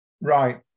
Right